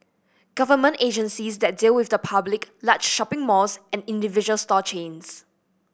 government agencies that deal with the public large shopping malls and individual store chains